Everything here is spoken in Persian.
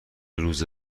روز